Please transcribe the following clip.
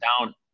down